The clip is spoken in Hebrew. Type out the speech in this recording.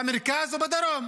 במרכז ובדרום.